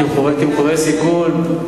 תמחור סיכון.